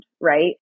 right